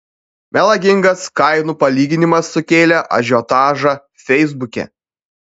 melagingas kainų palyginimas sukėlė ažiotažą feisbuke